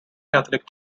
catholic